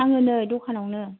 आङो नै दखानावनो